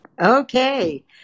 Okay